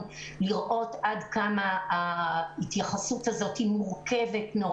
לראות עד כמה ההתייחסות וההתנהלות מאוד מורכבים,